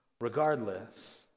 regardless